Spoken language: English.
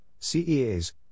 CEAs